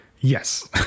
Yes